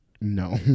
No